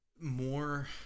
more